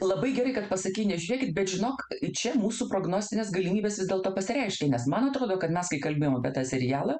labai gerai kad pasakei nežiūrėkit bet žinok čia mūsų prognostinės galimybės vis dėlto pasireiškė nes man atrodo kad mes kai kalbėjom apie tą serialą